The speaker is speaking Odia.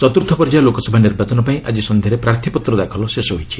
ଚତ୍ରର୍ଥ ପର୍ଯ୍ୟାୟ ଲୋକସଭା ନିର୍ବାଚନ ପାଇଁ ଆକି ସନ୍ଧ୍ୟାରେ ପ୍ରାର୍ଥୀପତ୍ର ଦାଖଲ ଶେଷ ହୋଇଛି